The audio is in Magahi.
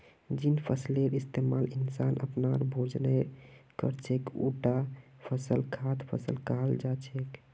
जिन फसलेर इस्तमाल इंसान अपनार भोजनेर कर छेक उटा फसलक खाद्य फसल कहाल जा छेक